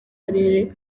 karere